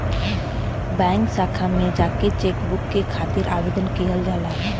bank शाखा में जाकर चेकबुक के खातिर आवेदन किहल जा सकला